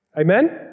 Amen